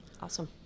Awesome